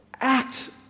act